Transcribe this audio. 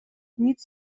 nic